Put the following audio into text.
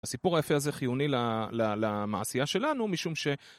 הסיפור היפה הזה חיוני למעשייה שלנו, משום ש...